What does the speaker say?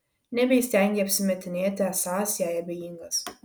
nebeįstengei apsimetinėti esąs jai abejingas